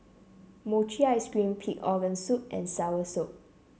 Mochi Ice Cream Pig Organ Soup and Soursop